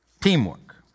Teamwork